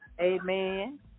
amen